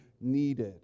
needed